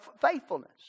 faithfulness